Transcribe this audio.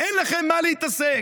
אין לכם במה להתעסק?